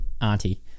auntie